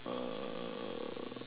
uh